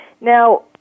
Now